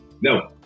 No